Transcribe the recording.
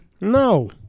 No